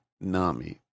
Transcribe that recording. Nami